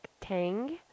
Tang